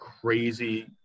crazy